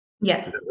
Yes